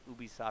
ubisoft